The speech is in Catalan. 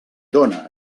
dóna